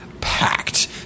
packed